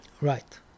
Right